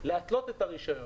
להתלות את הרישיון.